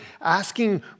asking